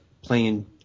playing